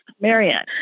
Marianne